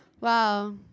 Wow